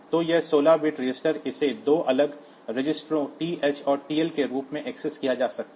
तो यह 16 bit register इसे 2 अलग रजिस्टरों TH और TL के रूप में एक्सेस किया जा सकता है